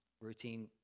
routine